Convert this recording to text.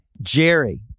Jerry